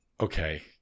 okay